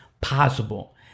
possible